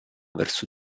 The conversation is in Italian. verso